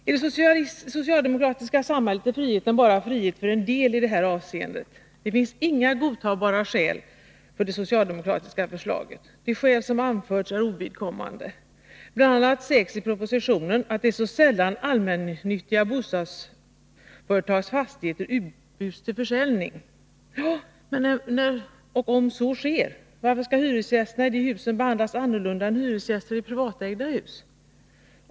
I det socialdemokratiska samhället är friheten i detta avseende bara frihet för en del. Det finns inga godtagbara skäl för det socialdemokratiska förslaget. De skäl som anförts är ovidkommande. Bl. a. sägs i propositionen att det är så sällan allmännyttiga bostadsföretags fastigheter utbjuds till försäljning. Ja, men när och om så sker, varför skall hyresgästerna i de husen behandlas annorlunda än hyresgäster i privatägda hus?